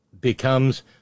becomes